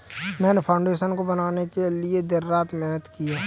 मैंने फाउंडेशन को बनाने के लिए दिन रात मेहनत की है